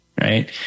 right